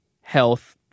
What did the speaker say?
health